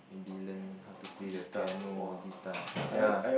maybe learn how to play the piano or guitar ya